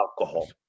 alcohol